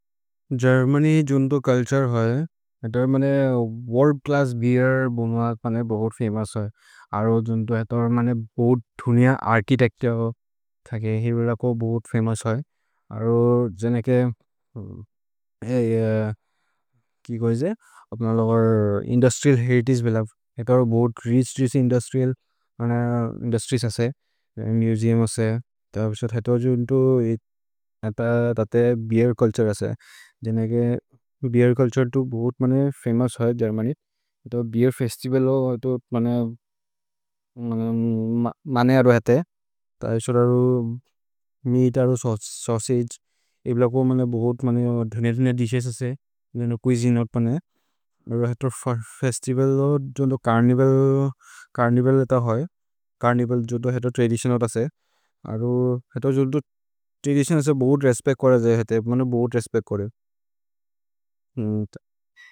गेर्मन्य् जुन्तो चुल्तुरे होइ, एतर् मने वोर्ल्द् च्लस्स् बीर् बोनोअल् पने बोहोत् फमोउस् होइ। अरो जुन्तो एतर् मने बोहोत् धुनिअ अर्छितेच्तुरे थके हिरोदको बोहोत् फमोउस् होइ। अरो जन के इन्दुस्त्रिअल् हेरितगे बिल एकरो बोहोत् रिछ् दिस्त् इन्दुस्त्रिअल् इन्दुस्त्रिएस् असे, मुसेउम् असे, एतर् जुन्तो एतर् तते बीर् चुल्तुरे असे। जन के बीर् चुल्तुरे बोहोत् फमोउस् होइ गेर्मन्य्, एतर् बीर् फेस्तिवल् होइ एतर् मने अरो हते, एतर् मीत् असे।